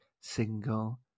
single